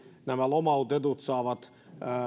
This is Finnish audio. nämä lomautetut saavat